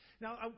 Now